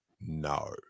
no